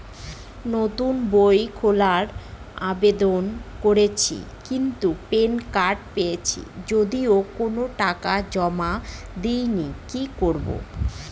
নতুন বই খোলার আবেদন করেছিলাম কিন্তু প্যান কার্ড পেয়েছি যদিও কোনো টাকা জমা দিইনি কি করব?